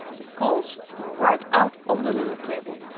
the coals were right out on the little table.